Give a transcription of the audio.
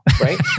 Right